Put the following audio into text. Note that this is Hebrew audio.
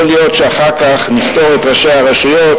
יכול להיות שאחר כך נפטור את ראשי הרשויות